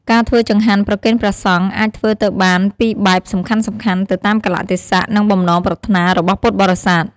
ការធ្វើចង្ហាន់ប្រគេនព្រះសង្ឃអាចធ្វើទៅបានពីរបែបសំខាន់ៗទៅតាមកាលៈទេសៈ និងបំណងប្រាថ្នារបស់ពុទ្ធបរិស័ទ។